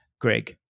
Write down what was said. Greg